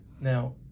Now